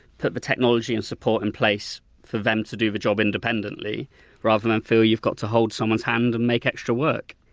put the technology and support in place for them to do the job independently rather than feel you've got to hold someone's hand and make extra work.